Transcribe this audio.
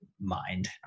mind